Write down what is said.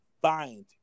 find